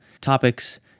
topics